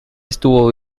estuvo